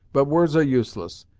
but words are useless,